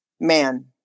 man